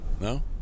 No